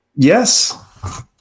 Yes